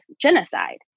genocide